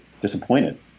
disappointed